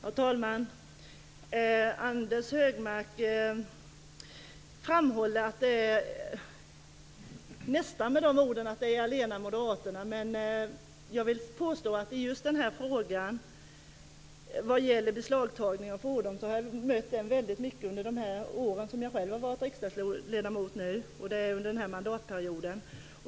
Herr talman! Anders G Högmark framhåller nästan att det är moderaterna allena som har motionerat. Jag vill påstå att jag har mött frågan om beslagtagning av fordon väldigt ofta under de år som jag har varit riksdagsledamot. Det är under denna mandatperiod.